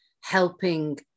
helping